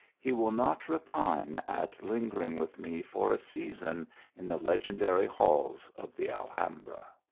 he will not repine at lingering with me for a season in the legendary halls of the alhambra.